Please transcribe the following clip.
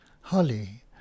holly